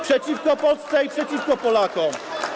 Przeciwko Polsce i przeciwko Polakom.